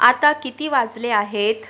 आता किती वाजले आहेत